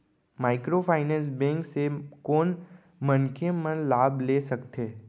Microfinance bank से कोन मनखे मन लाभ ले सकथे?